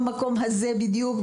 במקום הזה בדיוק,